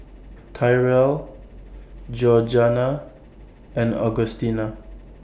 Tyrell Georganna and Augustina